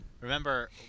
Remember